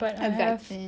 a vaccine